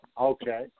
Okay